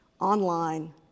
online